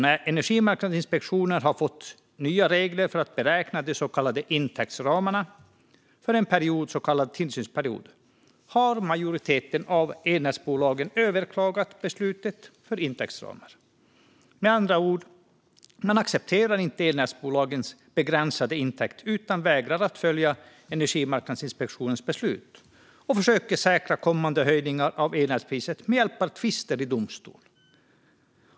När Energimarknadsinspektionen har fått nya regler för att beräkna de så kallade intäktsramarna för en period, så kallad tillsynsperiod, har majoriteten av elnätsbolagen överklagat beslutet om intäktsramar. Med andra ord accepterar elnätsbolagen inte begränsade intäkter. De vägrar att följa Energimarknadsinspektionens beslut och försöker säkra kommande höjningar av elnätspriset med hjälp av tvister i domstol.